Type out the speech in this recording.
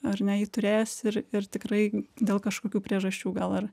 ar ne jį turėjęs ir ir tikrai dėl kažkokių priežasčių gal ar